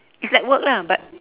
its like work lah but